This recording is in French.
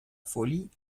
folie